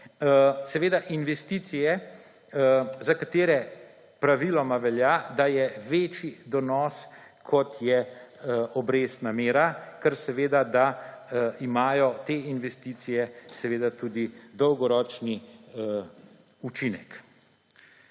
seveda investicije, za katere praviloma velja, da je večji donos, kot je obrestna mera, ter seveda, da imajo te investicije seveda tudi dolgoročni učinek.